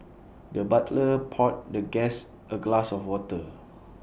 the butler poured the guest A glass of water